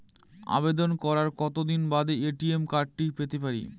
আবেদন করার কতদিন বাদে এ.টি.এম কার্ড পেতে পারি?